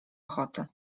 ochoty